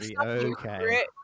okay